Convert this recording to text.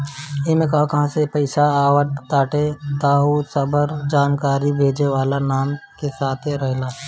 इमे कहां कहां से पईसा आवताटे उ सबकर जानकारी भेजे वाला के नाम के साथे रहेला